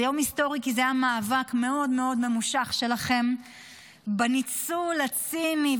זה יום היסטורי כי זה היה מאבק מאוד מאוד ממושך שלכם בניצול הציני,